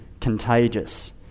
contagious